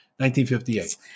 1958